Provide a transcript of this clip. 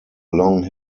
long